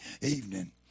evening